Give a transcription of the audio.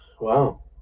Wow